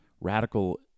radical